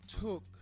took